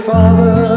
Father